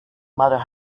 mother